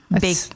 Big